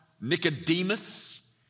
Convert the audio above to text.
Nicodemus